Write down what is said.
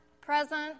present